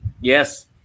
Yes